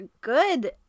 good